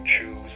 choose